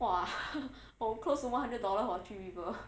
!wah! oh close to one hundred dollar for three people